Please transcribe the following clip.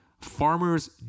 Farmer's